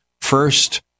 first